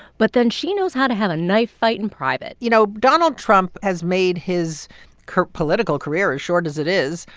but then she knows how to have a knife fight in private you know, donald trump has made his political career, as short as it is,